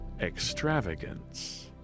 extravagance